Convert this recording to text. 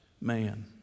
man